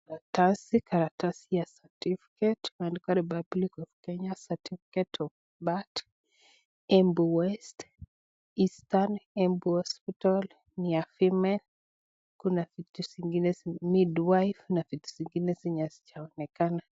Karatasi, karatasi ya certificate imeandikwa republic of Kenya, certificate of birth Embu west, Eastern Embu Hospital, ni ya female kuna vitu zingine-- mid wife na vitu zingine zenye hazijaonekana.